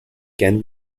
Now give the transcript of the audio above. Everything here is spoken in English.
can